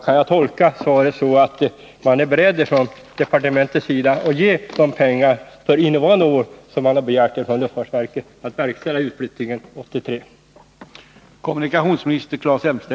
Kan jag tolka svaret så, att man från departementets sida är beredd att ge de pengar som luftfartsverket hade begärt för innevarande år för att verkställa utflyttningen 1983?